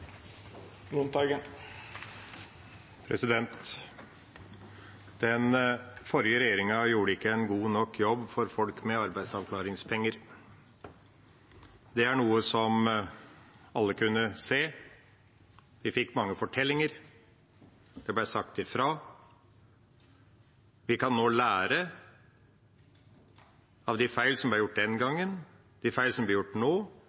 Den forrige regjeringa gjorde ikke en god nok jobb for folk med arbeidsavklaringspenger. Det er noe som alle kunne se. Vi fikk mange fortellinger. Det ble sagt ifra. Vi kan nå lære av de feil som ble gjort den gangen, de feil som blir gjort nå,